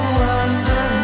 wonder